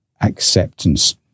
acceptance